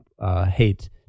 hate